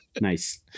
Nice